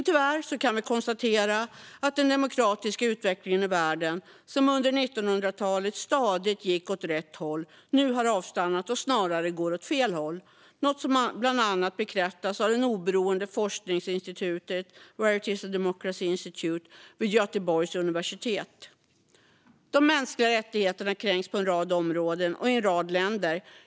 Tyvärr kan vi konstatera att den demokratiska utvecklingen i världen, som under 1900-talet stadigt gick åt rätt håll, nu har avstannat och snarare går åt fel håll. Det är något som bland annat bekräftas av det oberoende forskningsinstitutet Varieties of Democracy Institute vid Göteborgs universitet. De mänskliga rättigheterna kränks på en rad områden och i en rad länder.